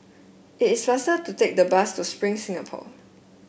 it is faster to take the bus to Spring Singapore